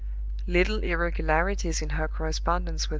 little irregularities in her correspondence with him,